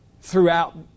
throughout